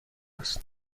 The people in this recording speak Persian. است